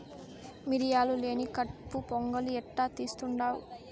మిరియాలు లేని కట్పు పొంగలి ఎట్టా తీస్తుండావ్